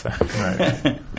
Right